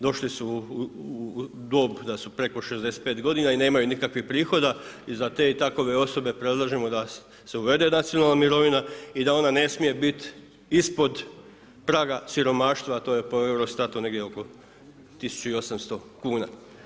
Došle su u dob da su preko 65 godina i nemaju nikakvih prihoda i za te i takove osobe predlažemo da se uvede nacionalna mirovina i da ona ne smije biti ispod praga siromaštva, a to je po EUROSTAT-u negdje oko tisuću i 800 kuna.